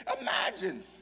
Imagine